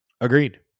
Agreed